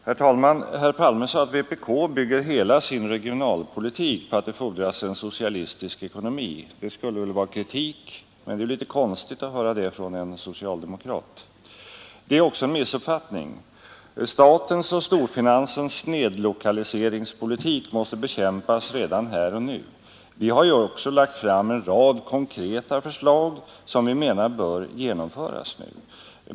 Herr talman! Herr Palme sade att vpk bygger hela sin regionalpolitik på att vi måste få en socialistisk ekonomi. Det skulle väl vara kritik, men det är litet konstigt att höra det från en socialdemokrat. Det är också en missuppfattning. Statens och storfinansens snedlokaliseringspolitik måste bekämpas redan här och nu. Vi har också lagt fram en rad konkreta förslag som vi anser bör genomföras nu.